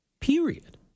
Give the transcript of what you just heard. Period